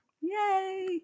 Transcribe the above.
Yay